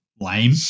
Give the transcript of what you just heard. lame